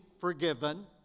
forgiven